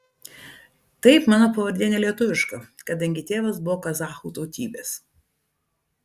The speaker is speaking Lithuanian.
taip mano pavardė ne lietuviška kadangi tėvas buvo kazachų tautybės